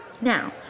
Now